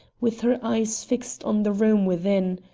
with her eyes fixed on the room within.